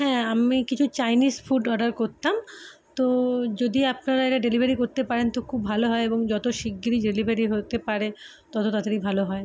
হ্যাঁ আমি কিছু চাইনিজ ফুড অর্ডার করতাম তো যদি আপনারা এটা ডেলিভারি করতে পারেন তো খুব ভালো হয় এবং যত শিগগিরি ডেলিভারি হতে পারে তত তাড়াতাড়ি ভালো হয়